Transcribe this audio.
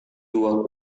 dua